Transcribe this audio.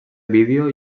vídeo